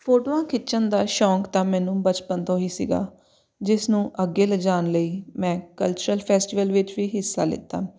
ਫੋਟੋਆਂ ਖਿੱਚਣ ਦਾ ਸ਼ੌਂਕ ਤਾਂ ਮੈਨੂੰ ਬਚਪਨ ਤੋਂ ਹੀ ਸੀਗਾ ਜਿਸ ਨੂੰ ਅੱਗੇ ਲਿਜਾਉਣ ਲਈ ਮੈਂ ਕਲਚਰਲ ਫੈਸਟੀਵਲ ਵਿੱਚ ਵੀ ਹਿੱਸਾ ਲਿੱਤਾ